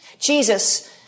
Jesus